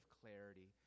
clarity